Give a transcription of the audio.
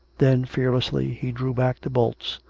then fearlessly he drew back the bolts,